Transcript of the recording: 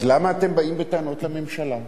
אז למה אתם באים בטענות לממשלה?